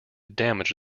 damage